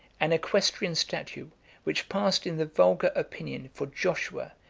an equestrian statue which passed, in the vulgar opinion, for joshua,